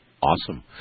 Awesome